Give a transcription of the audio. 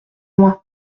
moi